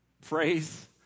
phrase